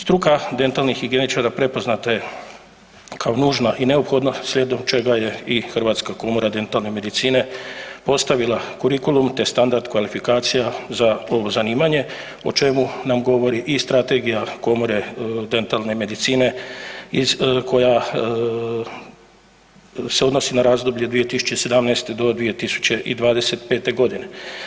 Struka dentalnih higijeničara prepoznata je kao nužna i neophodna slijedom čega je i Hrvatska komora dentalne medicine postavila kurikulum te standard kvalifikacija za ovo zanimanje o čemu nam govori i strategija komore dentalne medicine iz, koja se odnosi na razdoblje 2017. do 2025. godine.